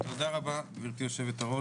תודה רבה גבירתי היו"ר.